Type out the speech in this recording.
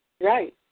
Right